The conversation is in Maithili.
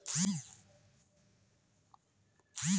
हमर खाता पर से पैसा कौन मिर्ची मे पैसा कैट गेलौ देख के बताबू?